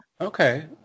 Okay